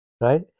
right